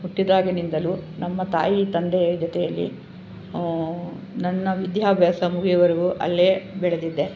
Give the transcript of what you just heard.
ಹುಟ್ಟಿದಾಗಲಿಂದಲೂ ನಮ್ಮ ತಾಯಿ ತಂದೆಯ ಜೊತೆಯಲ್ಲಿ ನನ್ನ ವಿದ್ಯಾಭ್ಯಾಸ ಮುಗಿಯುವವರೆಗೂ ಅಲ್ಲೇ ಬೆಳೆದಿದ್ದೆ